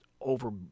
over